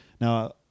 Now